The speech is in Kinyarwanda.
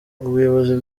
ubuyobozi